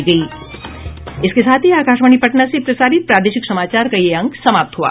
इसके साथ ही आकाशवाणी पटना से प्रसारित प्रादेशिक समाचार का ये अंक समाप्त हुआ